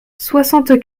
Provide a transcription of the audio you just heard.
soixante